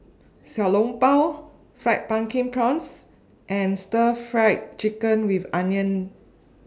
Xiao Long Bao Fried Pumpkin Prawns and Stir Fried Chicken with Onions